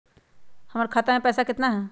हमर खाता मे पैसा केतना है?